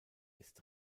ist